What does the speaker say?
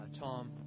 Tom